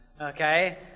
Okay